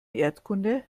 erdkunde